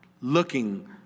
looking